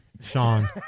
Sean